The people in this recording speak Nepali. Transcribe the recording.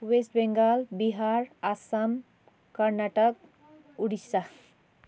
वेस्ट बेङ्गाल बिहार आसाम कर्नाटक उडिसा